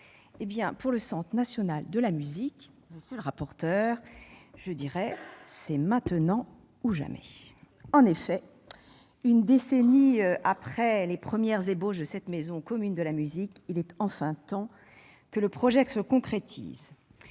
Pour le Centre national de la musique, c'est maintenant ou jamais ! Tout à fait ! En effet, une décennie après les premières ébauches de cette maison commune de la musique, il est enfin temps que le projet se concrétise.